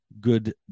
good